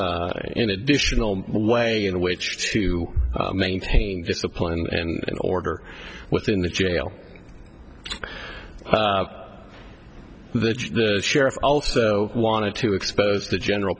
an additional way in which to maintain discipline and order within the jail the sheriff also wanted to expose the general